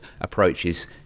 approaches